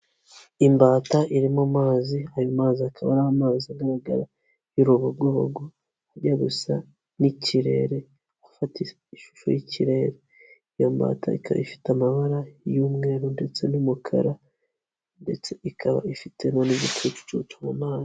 Imbata iri mu mazi ayo mazi akaba ari amazi agaragara y'urubogogoya ajya gusa n'ikirere afata ishusho y'ikirere, iyo mbata ikaba ifite amabara y'umweru ndetse n'umukara ndetse ikaba ifitemo n'igicucucu mu mazi.